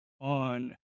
on